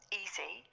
easy